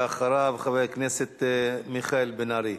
ואחריו, חבר הכנסת מיכאל בן-ארי.